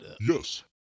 Yes